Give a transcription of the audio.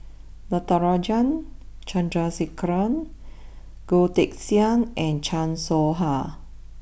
Natarajan Chandrasekaran Goh Teck Sian and Chan Soh Ha